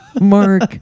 Mark